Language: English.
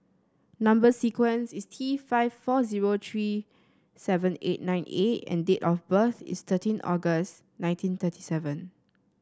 number sequence is T five four zero three seven eight nine A and date of birth is thirteen August nineteen thirty seven